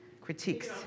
critiques